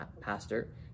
pastor